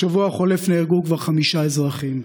בשבוע החולף נהרגו כבר חמישה אזרחים.